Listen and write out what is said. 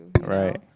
Right